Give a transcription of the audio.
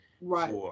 Right